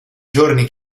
giorni